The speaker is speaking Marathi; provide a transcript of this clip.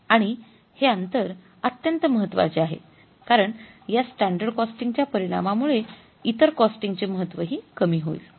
आणि हे अंतर अत्यंत महत्वाचे आहे कारण या स्टॅंडर्ड कॉस्टिंग चा परिणामुळे इतर कॉस्टिंग चे महत्व हि कमी होईल